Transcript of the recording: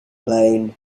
plain